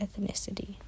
ethnicity